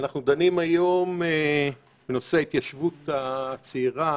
אנחנו דנים היום בנושא ההתיישבות הצעירה,